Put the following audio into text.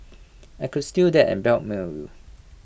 I could steal that and blackmail you